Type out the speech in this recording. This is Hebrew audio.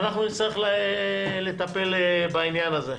ואנחנו נצטרך לטפל בניין הזה.